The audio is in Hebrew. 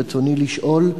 רצוני לשאול: